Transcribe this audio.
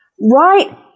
Right